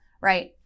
right